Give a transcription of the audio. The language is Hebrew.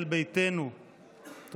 כן,